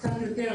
קצת יותר